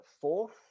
fourth